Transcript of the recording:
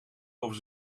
over